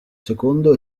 secondo